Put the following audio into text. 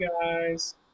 guys